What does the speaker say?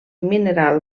mineral